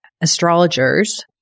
astrologers